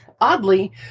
Oddly